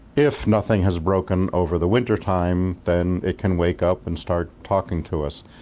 if nothing has broken over the wintertime then it can wake up and start talking to us.